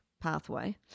pathway